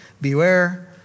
beware